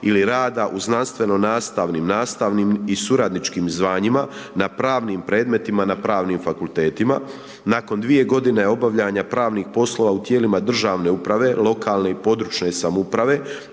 ili rada u znanstveno nastavnim, nastavnim i suradničkim zvanjima na pravnim predmetima na pravnim fakultetima. Nakon 2 godine obavljanja pravnih poslova u tijelima državne uprave, lokalne i područne samouprave